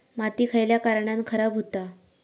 माती खयल्या कारणान खराब हुता?